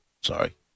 sorry